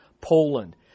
Poland